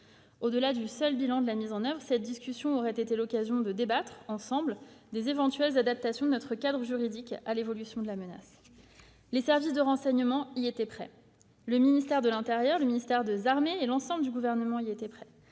Au-delà du seul bilan de leur mise en oeuvre, l'examen de ce texte aurait été l'occasion de débattre, ensemble, des éventuelles adaptations de notre cadre juridique à l'évolution de la menace. Les services de renseignement y étaient prêts. Le ministère de l'intérieur, le ministère des armées et l'ensemble du Gouvernement y étaient prêts.